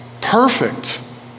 perfect